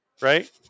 Right